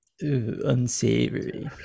unsavory